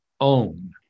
own